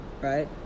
Right